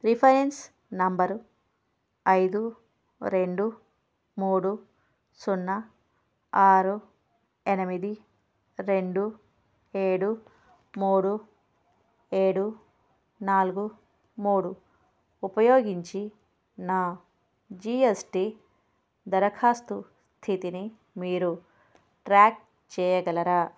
reference number ఐదు రెండు మూడు సున్నా ఆరు ఎనిమిది రెండు ఏడు మూడు ఏడు నాలుగు మూడు ఉపయోగించి నా జీ ఎస్ టీ దరఖాస్తు స్థితిని మీరు ట్రాక్ చేయగలరా